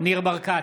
ניר ברקת,